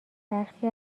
برخی